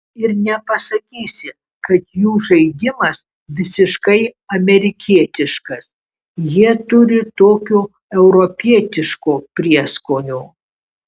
ir nepasakysi kad jų žaidimas visiškai amerikietiškas jie turi tokio europietiško prieskonio